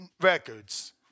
records